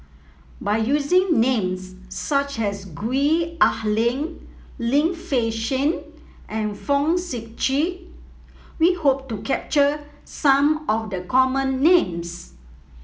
by using names such as Gwee Ah Leng Lim Fei Shen and Fong Sip Chee we hope to capture some of the common names